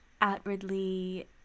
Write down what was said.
outwardly